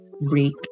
break